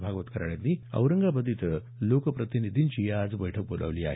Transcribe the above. भागवत कराड यांनी औरंगाबाद इथं लोकप्रतिनीधींची बैठक बोलावली आहे